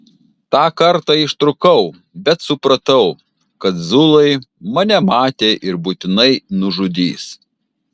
tą kartą ištrūkau bet supratau kad zulai mane matė ir būtinai nužudys